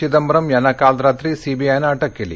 चिदंबरम यांना काल रात्री सीबीआयनं अटक कली